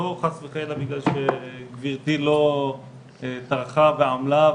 לא חס וחלילה בגלל שגברתי לא טרחה ועמלה,